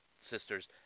sisters